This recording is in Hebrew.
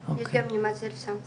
יש גם ממג'דל שמס